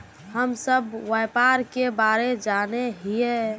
हम सब व्यापार के बारे जाने हिये?